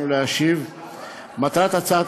מטרת התיקון